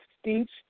speech